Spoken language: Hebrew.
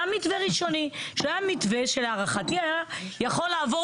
היה מתווה ראשוני שהיה מתווה שלהערכתי היה יכול לעבור